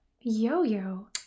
Yo-Yo